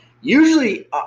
Usually